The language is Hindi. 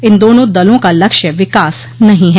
इन दोनों दलों का लक्ष्य विकास नहीं है